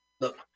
Look